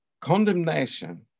Condemnation